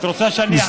את רוצה שאני אחזור?